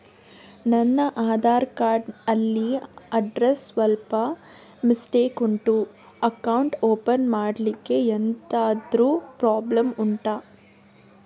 ನನ್ನ ಆಧಾರ್ ಕಾರ್ಡ್ ಅಲ್ಲಿ ಅಡ್ರೆಸ್ ಸ್ವಲ್ಪ ಮಿಸ್ಟೇಕ್ ಉಂಟು ಅಕೌಂಟ್ ಓಪನ್ ಮಾಡ್ಲಿಕ್ಕೆ ಎಂತಾದ್ರು ಪ್ರಾಬ್ಲಮ್ ಉಂಟಾ